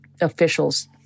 officials